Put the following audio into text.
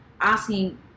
asking